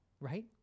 right